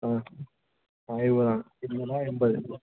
ആ എഴുപതാണ് ഇന്നലെ എൺപത്